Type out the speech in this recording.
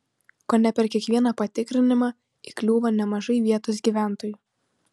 kone per kiekvieną patikrinimą įkliūva nemažai vietos gyventojų